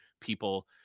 people